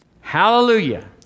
Hallelujah